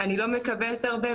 אני לא מקבלת הרבה,